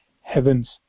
heavens